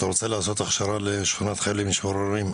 אתה רוצה לעשות הכשרה לשכונת חיילים משוחררים,